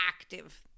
active